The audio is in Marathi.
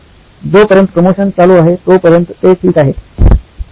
जोपर्यंत प्रमोशन चालू आहे तोपर्यंत ते ठीक आहेत